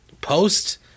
Post